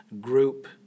group